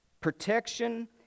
protection